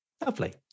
Lovely